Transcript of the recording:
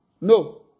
No